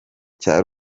cya